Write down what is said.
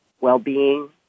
well-being